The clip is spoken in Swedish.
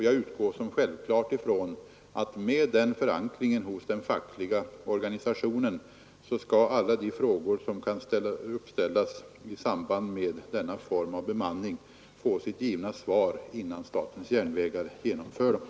Jag utgår som självklart ifrån att med den förankringen hos den fackliga organisationen skall alla de frågor som kan uppställas i samband med denna form av bemanning få sitt givna svar, innan statens järnvägar genomför den.